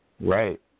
Right